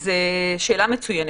שאלה מצוינת.